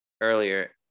earlier